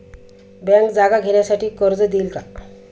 Bank जागा घेण्यासाठी कर्ज देईल का?